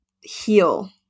heal